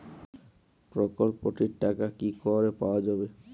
প্রকল্পটি র টাকা কি করে পাওয়া যাবে?